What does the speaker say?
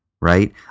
right